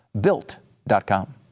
Built.com